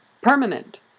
permanent